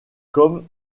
comme